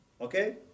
Okay